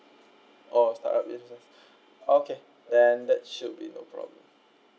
oh start up business okay then that should be no problem